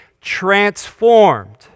transformed